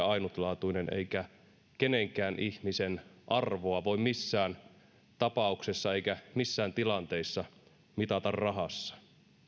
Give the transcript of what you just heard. ainutlaatuinen eikä kenenkään ihmisen arvoa voi missään tapauksessa eikä missään tilanteissa mitata rahassa